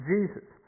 Jesus